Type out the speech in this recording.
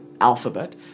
alphabet